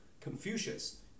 Confucius